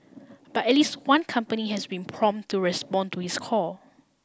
but at least one company has been prompt to respond to his call